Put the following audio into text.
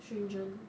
stringent